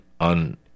on